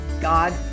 God